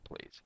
please